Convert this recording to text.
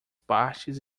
partes